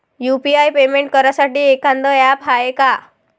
UPI payment करासाठी एखांद app हाय का?